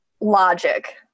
logic